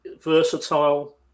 versatile